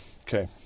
Okay